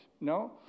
No